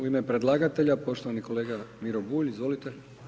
U ime predlagatelja poštovani kolega Miro Bulj, izvolite.